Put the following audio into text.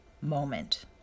moment